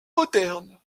moderne